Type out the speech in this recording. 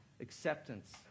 acceptance